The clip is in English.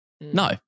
No